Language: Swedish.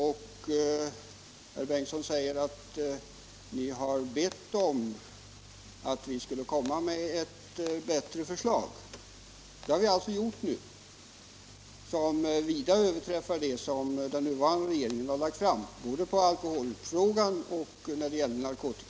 Herr Bengtsson säger att ni har bett om att vi skulle komma med ett bättre förslag. Det har vi gjort nu. Vi har ett förslag som vida överträffar det som den nuvarande regeringen har lagt fram både när det gäller alkoholfrågan och när det gäller narkotika.